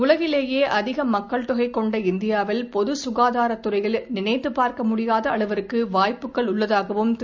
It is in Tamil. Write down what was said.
உலகிலேயே அதிக மக்கள் தொகை கொண்ட இந்தியாவில் பொது சுகாதாரத் துறையில் நினைத்துப் பார்க்க முடியாத அளவுக்கு வாய்ப்புகள் உள்ளதாகவும் திரு